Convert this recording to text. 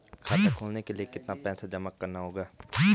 खाता खोलने के लिये कितना पैसा जमा करना होगा?